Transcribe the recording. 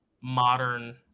modern